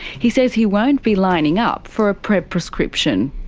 he says he won't be lining up for a prep prescription.